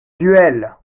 duel